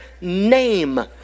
name